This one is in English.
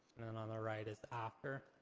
and then on the right is after.